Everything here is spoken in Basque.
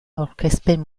aurkezpen